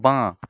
বাঁ